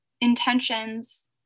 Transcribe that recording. intentions